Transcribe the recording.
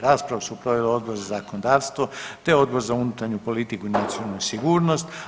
Raspravu su proveli Odbor za zakonodavstvo te Odbor za unutarnju politiku i nacionalnu sigurnost.